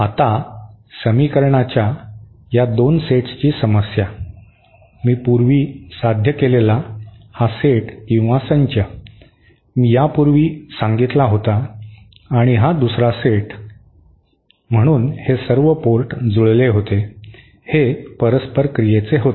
आता समीकरणाच्या या दोन सेट्सची समस्या मी पूर्वी साध्य केलेला हा सेट मी यापूर्वी सांगितला होता आणि हा दुसरा सेट म्हणून हे सर्व पोर्ट जुळले होते हे परस्परक्रियेचे होते